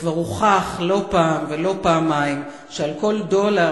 וכבר הוכח לא פעם ולא פעמיים שעל כל דולר,